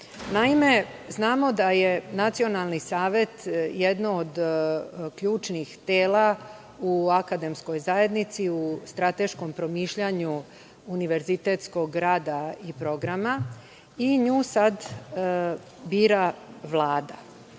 Naime, znamo da je Nacionalni savet jedno od ključnih tela u akademskoj zajednici, u strateškom promišljanju univerzitetskog rada i programa i nju sad bira Vlada.